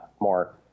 more